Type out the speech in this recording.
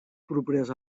properes